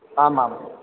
आम् आम्